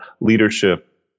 leadership